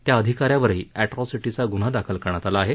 त्या अधिकाऱ्यावरही ऍट्रासिटीचा गुन्हा दाखल करण्यात आला आहे